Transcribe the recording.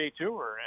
tour